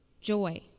joy